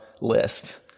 list